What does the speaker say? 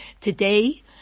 Today